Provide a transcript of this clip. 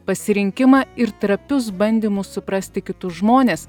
pasirinkimą ir trapius bandymus suprasti kitus žmones